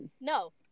No